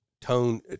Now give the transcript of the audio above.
tone